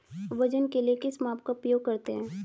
वजन के लिए किस माप का उपयोग करते हैं?